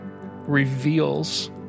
reveals